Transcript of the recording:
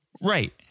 Right